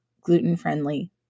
gluten-friendly